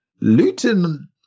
Luton